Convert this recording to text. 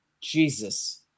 Jesus